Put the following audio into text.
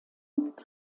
und